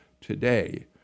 today